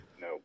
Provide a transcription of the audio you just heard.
No